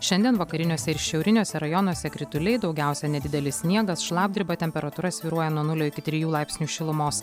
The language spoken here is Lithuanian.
šiandien vakariniuose ir šiauriniuose rajonuose krituliai daugiausia nedidelis sniegas šlapdriba temperatūra svyruoja nuo nulio iki trijų laipsnių šilumos